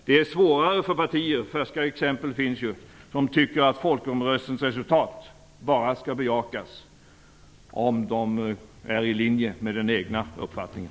Det är svårare för partier - färska exempel finns ju - som tycker att folkomröstningsresultat bara skall bejakas om de är i linje med den egna uppfattningen.